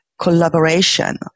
collaboration